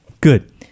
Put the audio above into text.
Good